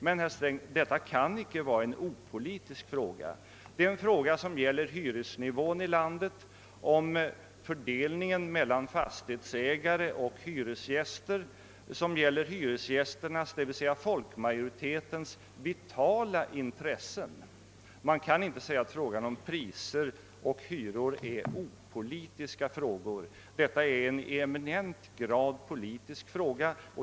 Men, herr Sträng, detta kan inte vara en opolitisk fråga. Den gäller hyresnivån i landet, kostnadsfördelningen mellan fastighetsägare och hyresgäster, hyresgästernas-folkmajoritetens vitala intressen. Man kan inte säga att frågor rörande priser och hyror är opolitiska. Detta är i eminent grad en politisk fråga.